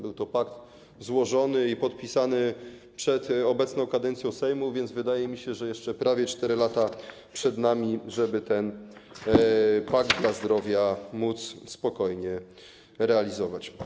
Był to pakt złożony i podpisany przed obecną kadencją Sejmu, więc wydaje mi się, że jeszcze prawie 4 lata przed nami, żeby ten pakt dla zdrowia móc spokojnie realizować.